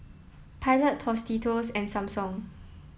Pilot Tostitos and Samsung